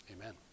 Amen